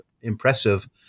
impressive